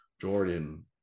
Jordan